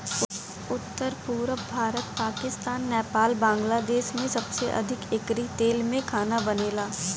उत्तर, पुरब भारत, पाकिस्तान, नेपाल, बांग्लादेश में सबसे अधिका एकरी तेल में खाना बनेला